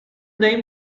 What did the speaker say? named